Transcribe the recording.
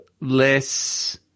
less